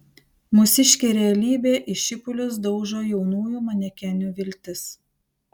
mūsiškė realybė į šipulius daužo jaunųjų manekenių viltis